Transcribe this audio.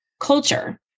culture